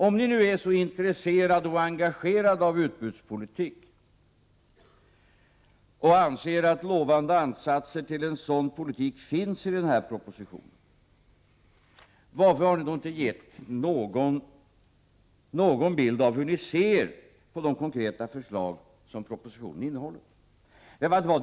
Om ni nu är så intresserade av och engagerade i utbudspolitik och anser att lovande ansatser till en sådan politik finns i denna proposition, varför har ni då inte gett någon bild av hur ni ser på de konkreta förslag som propositionen innehåller?